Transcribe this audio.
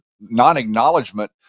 non-acknowledgement